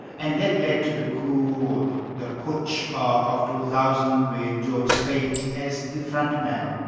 and that led to the coup or the the putsch of two thousand, with george speight as the front man.